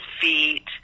feet